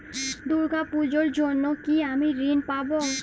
দুর্গা পুজোর জন্য কি আমি ঋণ পাবো?